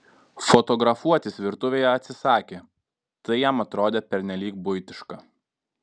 fotografuotis virtuvėje atsisakė tai jam atrodė pernelyg buitiška